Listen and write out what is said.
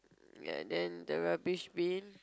ya then the rubbish bin